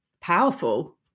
powerful